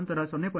2 ಮತ್ತು 0